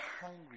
hungry